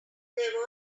there